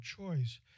choice